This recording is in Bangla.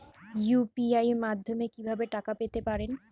ইউ.পি.আই মাধ্যমে কি ভাবে টাকা পেতে পারেন?